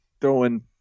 throwing